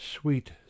sweet